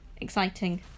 Exciting